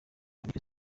kristo